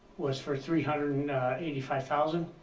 was for three hundred and eighty five thousand,